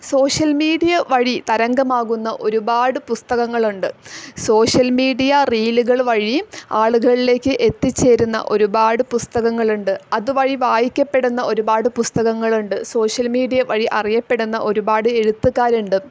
social media വഴി തരംഗമാകുന്ന ഒരു പാട് പുസ്തകങ്ങളുണ്ട് സോഷ്യൽ മീഡിയ റീലുകൾ വഴിയും ആളുകളിലേക്ക് എത്തിച്ചേരുന്ന ഒരു പാട് പുസ്തകങ്ങൾ ഉണ്ട് അതുവഴി വായിക്കപ്പെടുന്ന ഒരു പാട് പുസ്തകങ്ങൾ ഉണ്ട് സോഷ്യൽ മീഡിയ വഴി അറിയപ്പെടുന്ന ഒരുപാട് എഴുത്തുകാരുണ്ട്